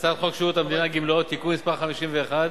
הצעת חוק שירות המדינה (גמלאות) (תיקון מס' 51)